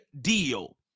deal